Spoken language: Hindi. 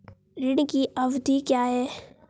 ऋण की अवधि क्या है?